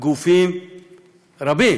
גופים רבים